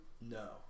no